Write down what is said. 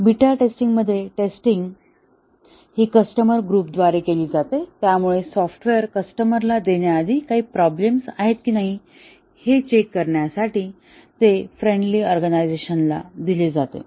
beta testing मध्ये testing हि customer group द्वारे केली जाते त्यामुळे सॉफ्टवेअर कस्टमर ला देण्याआधी काही प्रॉब्लेम आहेत की नाही हे चेक करण्यासाठी ते फ्रेंडली ऑर्गनायझेशन ला दिले जाते